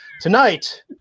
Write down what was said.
Tonight